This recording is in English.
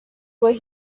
what